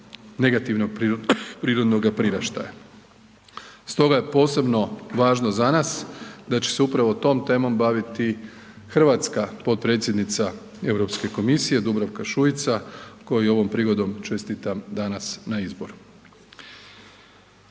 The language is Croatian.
negativnog prirodnoga priraštaja. Stoga je posebno važno za nas da će se upravo tom temom baviti hrvatska potpredsjednica Europske komisije Dubravka Šuica kojoj i ovom prigodom čestitam danas na izboru.